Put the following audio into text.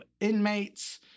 inmates